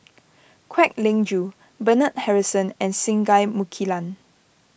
Kwek Leng Joo Bernard Harrison and Singai Mukilan